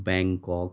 Bangkok